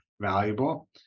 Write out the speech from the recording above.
valuable